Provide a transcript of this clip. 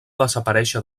desaparèixer